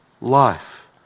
life